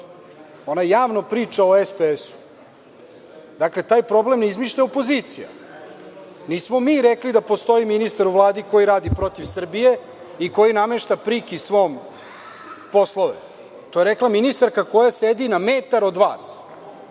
Ona javno priča o SPS. Dakle, taj problem ne izmišlja opozicija. Nismo mi rekli da postoji ministar u Vladi koji radi protiv Srbije i koji namešta priki svom poslove. To je rekla ministarka koja sedi na metar od vas.